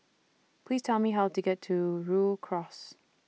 Please Tell Me How to get to Rhu Cross